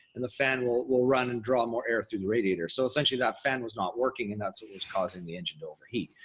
and the fan will will run and draw more air through the radiator. so essentially that fan was not working, and that's what was causing the engine to overheat.